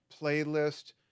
playlist